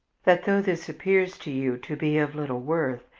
that though this appears to you to be of little worth,